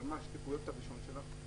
כפרויקט הראשון שלה.